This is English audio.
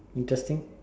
interesting